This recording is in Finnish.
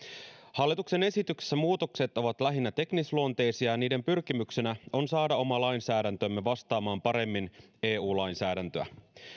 hallituksen esityksessä muutokset ovat lähinnä teknisluonteisia ja niiden pyrkimyksenä on saada oma lainsäädäntömme vastaamaan paremmin eu lainsäädäntöä